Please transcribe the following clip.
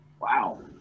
Wow